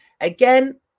Again